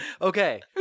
Okay